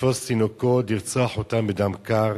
לתפוס תינוקות, לרצוח אותם בדם קר.